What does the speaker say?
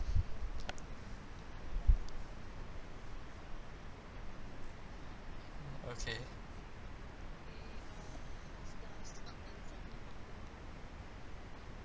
mm okay